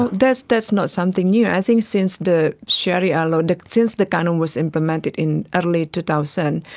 but that's that's not something new. i think since the sharia law, and since the canon was implemented in early two thousand,